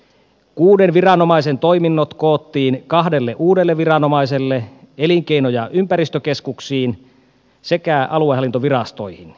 kuuden viranomaisen toiminnot koottiin kahdelle uudelle viranomaiselle elinkeino ja ym päristökeskuksiin sekä aluehallintovirastoihin